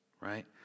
Right